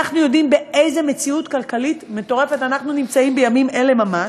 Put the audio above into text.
אנחנו יודעים באיזה מציאות כלכלית מטורפת אנחנו נמצאים בימים אלה ממש,